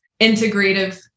integrative